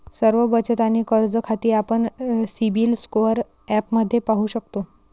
सर्व बचत आणि कर्ज खाती आपण सिबिल स्कोअर ॲपमध्ये पाहू शकतो